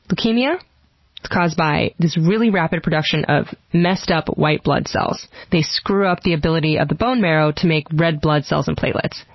leukemia is caused by this really rapid production of messed-up white blood cells. they screw up the ability of the bone marrow to make red blood cells and platelets.